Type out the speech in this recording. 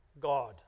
God